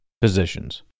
positions